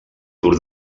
tour